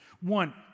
One